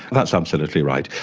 that's absolutely right,